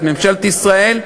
את ממשלת ישראל,